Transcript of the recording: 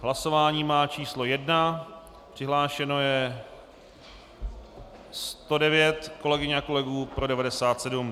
Hlasování má číslo 1, přihlášeno je 109 kolegyň a kolegů, pro 97.